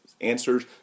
answers